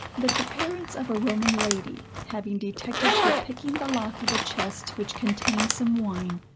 that the parents of a roman lady, having detected her picking the lock of a chest which contained some wine,